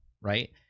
right